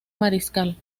mariscal